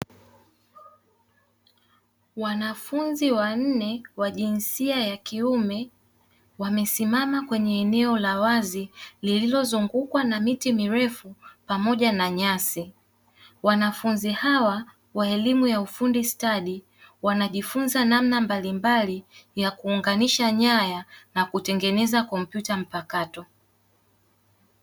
Wanafunzi wanne wa jinsia ya kiume wamesimama kwenye eneo la wazi lililo zungukwa na miti mirefu pamoja na nyasi. Wanafunzi hawa wa elimu ya ufundi stadi wanajifunza namna mbalimbali ya kuunganisha nyaya na kutengeneza kompyuta mpakato.